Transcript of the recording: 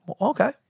okay